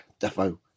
Defo